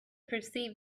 perceived